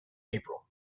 april